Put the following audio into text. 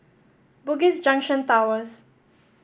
Bugis Junction Towers